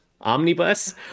Omnibus